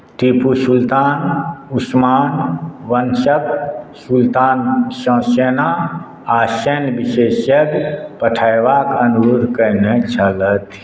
टीपू सुल्तान उस्मान वंशक सुल्तानसँ सेना आ सैन्य विशेषज्ञ पठयबाक अनुरोध कयने छलथि